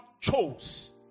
chose